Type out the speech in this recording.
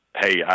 Hey